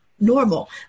normal